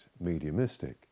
mediumistic